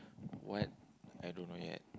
what I don't know yet